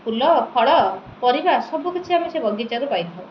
ଫୁଲ ଫଳ ପରିବା ସବୁ କିଛି ଆମେ ସେ ବଗିଚାରୁ ପାଇଥାଉ